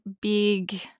big